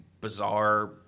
bizarre